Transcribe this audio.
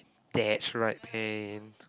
that's right man